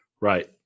Right